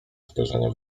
spojrzenie